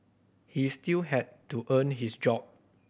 he still had to earn his job